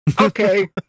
okay